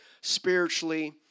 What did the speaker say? spiritually